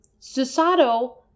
Susato